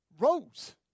Rose